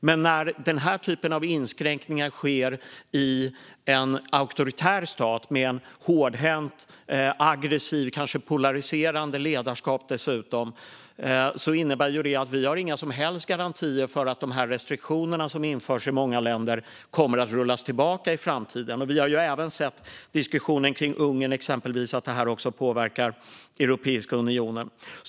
Men när den här typen av inskränkningar sker i en auktoritär stat med ett hårdhänt, aggressivt och kanske polariserande ledarskap innebär det att vi inte har några som helst garantier för att de restriktioner som införs kommer att rullas tillbaka i framtiden. Vi har även sett på diskussionen kring Ungern, exempelvis, att detta också påverkar Europeiska unionen.